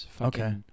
okay